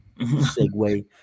segue